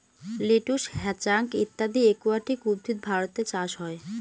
lettuce, hyacinth ইত্যাদি aquatic উদ্ভিদ ভারতে চাষ করা হয়